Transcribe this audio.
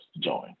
join